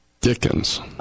Dickens